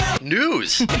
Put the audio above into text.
News